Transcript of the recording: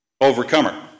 Overcomer